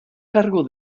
cargo